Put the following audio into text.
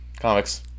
comics